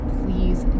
please